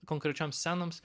konkrečioms scenoms